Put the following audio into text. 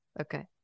Okay